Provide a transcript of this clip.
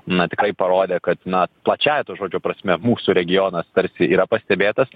na tikrai parodė kad na plačiąja to žodžio prasme mūsų regionas tarsi yra pastebėtas